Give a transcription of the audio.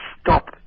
stop